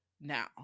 Now